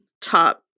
top